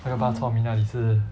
那个 bak chor mee 那里是